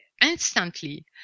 instantly